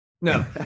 No